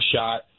shot